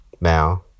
Now